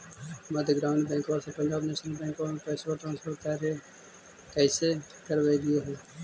मध्य ग्रामीण बैंकवा से पंजाब नेशनल बैंकवा मे पैसवा ट्रांसफर कैसे करवैलीऐ हे?